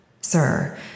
Sir